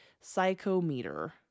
psychometer